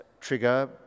trigger